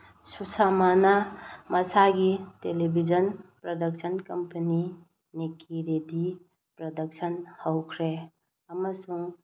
ꯁꯨꯁꯥꯃꯥꯅ ꯃꯁꯥꯒꯤ television production company ꯅꯤꯛꯀꯤ ready production ꯍꯧꯈ꯭ꯔꯦ ꯑꯃꯁꯨꯡ